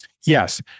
Yes